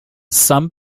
some